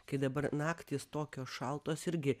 kai dabar naktys tokios šaltos irgi